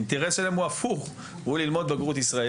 אז האינטרס שלהם הוא להיבחן בבחינות הבגרות של מערכת החינוך